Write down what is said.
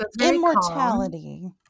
immortality